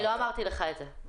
לא אמרתי לך את זה.